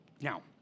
Now